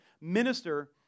minister